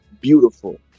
beautiful